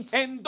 en